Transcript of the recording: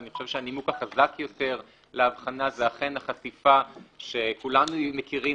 אני חושב שהנימוק החזק יותר להבחנה זו החשיפה שכולנו מכירים,